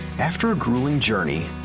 after a grueling journey,